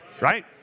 right